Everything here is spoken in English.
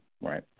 right